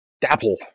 dapple